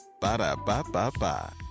Ba-da-ba-ba-ba